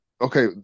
okay